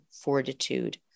fortitude